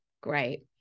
great